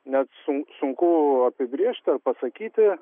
net su sunku apibrėžti ar pasakyti